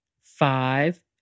Five